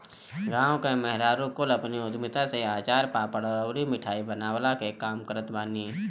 गांव में मेहरारू कुल अपनी उद्यमिता से अचार, पापड़ अउरी मिठाई बनवला के काम करत बानी